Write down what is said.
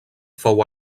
fou